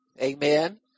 amen